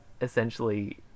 essentially